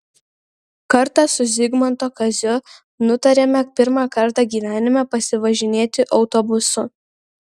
kartą su zigmanto kaziu nutarėme pirmą kartą gyvenime pasivažinėti autobusu